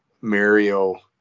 Mario